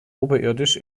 oberirdisch